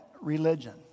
religion